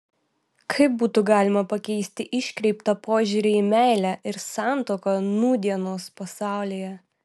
kaip būtų galima pakeisti iškreiptą požiūrį į meilę ir santuoką nūdienos pasaulyje